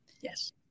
Yes